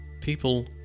People